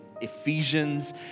Ephesians